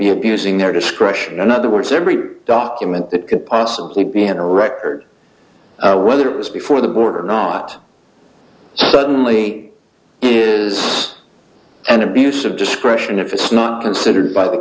be abusing their discretion in other words every document that could possibly be in a record whether it was before the border or not suddenly is an abuse of discretion if it's not considered by the